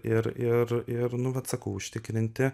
ir ir ir nu vat sakau užtikrinti